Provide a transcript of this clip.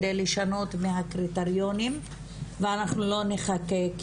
כדי לשנות מהקריטריונים ואנחנו לא נחכה,